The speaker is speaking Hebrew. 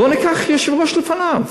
בואו ניקח יושב-ראש לפניו,